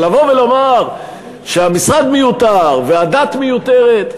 אבל לבוא ולומר שהמשרד מיותר והדת מיותרת,